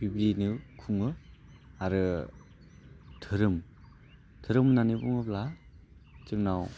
बिबदियैनो खुङो आरो धोरोम धोरोम होनानै बुङोब्ला जोंनाव